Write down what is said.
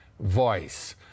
voice